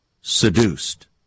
Seduced